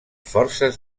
forces